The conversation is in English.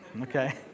Okay